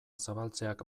zabaltzeak